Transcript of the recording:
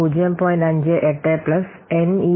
58 N e 1